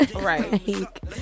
Right